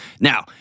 Now